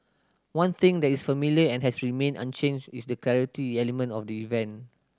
one thing that is familiar and has remained unchanged is the charity element of the event